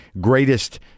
greatest